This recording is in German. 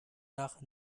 nach